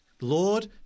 Lord